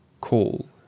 Call